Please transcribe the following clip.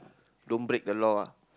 don't break the law lah